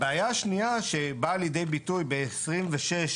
הבעיה השנייה שבאה לידי ביטוי ב-26(ב)